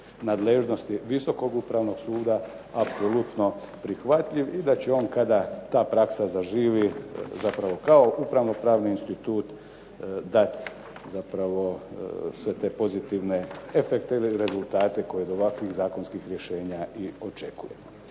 nadležnosti Visokog upravnog suda apsolutno prihvatljiv i da će on kada ta praksa zaživi zapravo kao upravno-pravni institut dati zapravo sve te pozitivne efekte ili rezultate koje od ovakvih zakonskih rješenja i očekujemo.